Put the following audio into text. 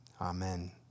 amen